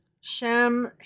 Shem